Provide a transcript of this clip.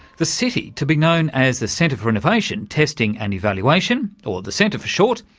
the city, to be known as the centre for innovation, testing and evaluation, or the centre for short,